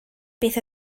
beth